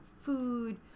food